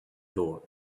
thought